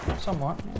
Somewhat